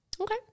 Okay